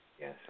Yes